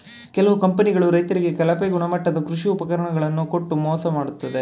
ಕೆಲವು ಕಂಪನಿಗಳು ರೈತರಿಗೆ ಕಳಪೆ ಗುಣಮಟ್ಟದ ಕೃಷಿ ಉಪಕರಣ ಗಳನ್ನು ಕೊಟ್ಟು ಮೋಸ ಮಾಡತ್ತದೆ